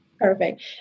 Perfect